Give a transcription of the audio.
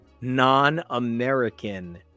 non-American